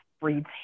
breeds